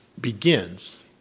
begins